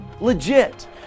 legit